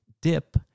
dip